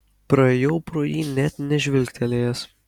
praėjau pro jį net nežvilgtelėjęs